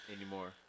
Anymore